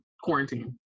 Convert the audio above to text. quarantine